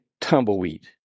tumbleweed